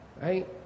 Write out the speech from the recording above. Right